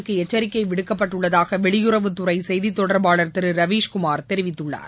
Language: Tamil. இந்தியாவின் எச்சரிக்கை விடுக்கப்பட்டுள்ளதாக வெளியுறவுத்துறை செய்தி தொடர்பாளர் திரு ரவீஸ்குமார் தெரிவித்துள்ளார்